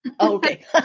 Okay